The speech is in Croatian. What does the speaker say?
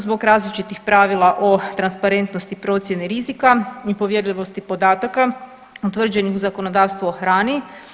Zbog različitih pravila o transparentnosti procjene rizika i povjerljivosti podataka utvrđenih u zakonodavstvu o hrani.